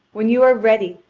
when you are ready,